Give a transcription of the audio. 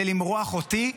זה למרוח אותי.